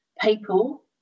people